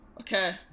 Okay